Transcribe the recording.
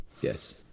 Yes